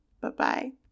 Bye-bye